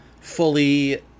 fully